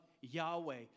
Yahweh